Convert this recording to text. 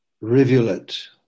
rivulet